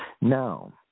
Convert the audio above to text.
Now